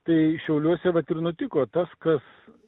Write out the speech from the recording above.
tai šiauliuose vat ir nutiko tas kas